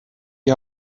die